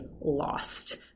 lost